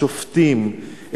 השופטים,